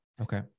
Okay